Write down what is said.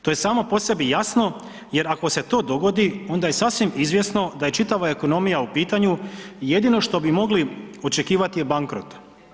To je samo po sebi jasno jer ako se to dogodi, onda je sasvim izvjesno da je čitava ekonomija u pitanju, jedino što bi mogli očekivati je bankrot.